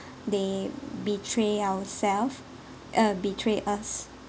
they betray ourselves uh betray us